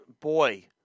boy